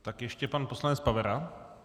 Tak ještě pan poslanec Pavera.